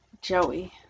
Joey